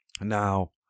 Now